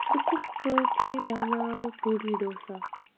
بہٕ کِتھٕ پٲٹھۍ بناوٕ پوڈی ڈوسا